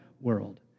world